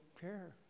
care